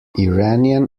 iranian